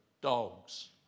dogs